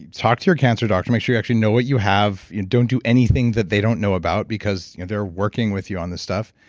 talk to your cancer doctor. make sure you actually know what you have. don't do anything that they don't know about because they're working with you on this stuff.